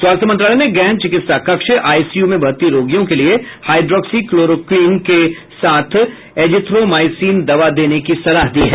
स्वास्थ्य मंत्रालय ने गहन चिकित्सा कक्ष आईसीयू में भर्ती रोगियों के लिए हाइड्रॉक्सी क्लोरोक्वीन के साथ एजीथ्रोमाइसिन दवा देने की सलाह दी है